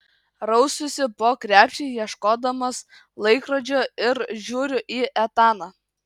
rausiuosi po krepšį ieškodamas laikrodžio ir žiūriu į etaną